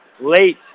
Late